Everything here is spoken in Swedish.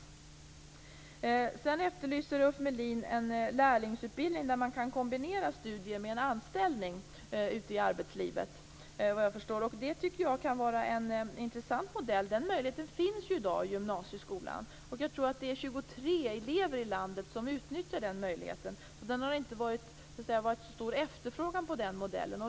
Ulf Melin efterlyser också en lärlingsutbildning där man kan kombinera studier med en anställning ute i arbetslivet, vad jag förstår. Det tycker jag kan vara en intressant modell. Den möjligheten finns i dag i gymnasieskolan. Jag tror att det är 23 elever i landet som utnyttjar den möjligheten. Det har alltså inte varit så stor efterfrågan på den modellen.